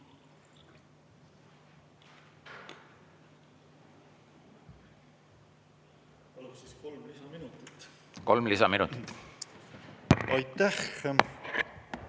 Kolm lisaminutit. Aitäh,